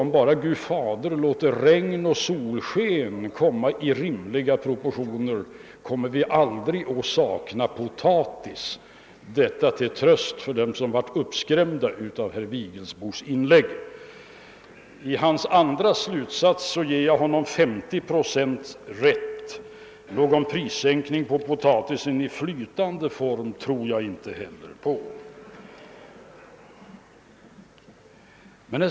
Om bara Gud Fader ger oss regn och solsken i rimliga proportioner, kommer vi aldrig att sakna potatis — detta sagt till tröst för dem som blev uppskrämda av herr Vigelsbos inlägg. I hans andra slutsats ger jag honom till 50 procent rätt. Någon prissänkning på potatis i flytande form tror inte heller jag på.